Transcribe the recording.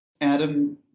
Adam